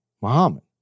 Muhammad